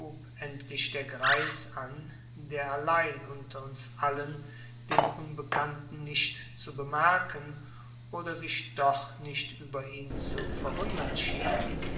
endlich der greis an der allein unter uns allen den unbekannten nicht zu bemerken oder sich doch nicht über ihn zu verwundern schien